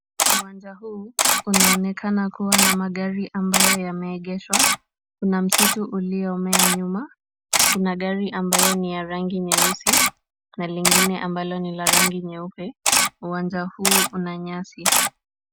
Uwanja huu unaonekana kuwa na magari ambayo yameegeshwa, kuna msitu uliomea nyuma, kuna gari ambayo ni ya rangi nyeusi na lingine ambalo ni la rangi nyeupe. Uwanja huu una nyasi.